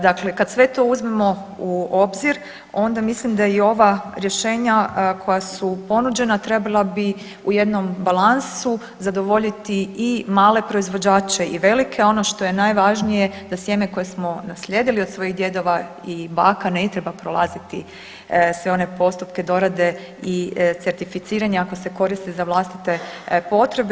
Dakle, kada sve to uzmemo u obzir onda mislim da i ova rješenja koja su ponuđena trebala bi u jednom balansu zadovoljiti i male proizvođače i velike, a ono što je najvažnije da sjeme koje smo naslijedili od svojih djedova i baka ne treba prolaziti sve one postupke dorade i certificiranja ako se koriste za vlastite potrebe.